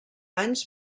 anys